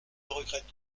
regrette